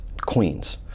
Queens